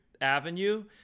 avenue